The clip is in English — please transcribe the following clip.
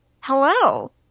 Hello